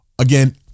Again